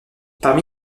parmi